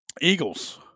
Eagles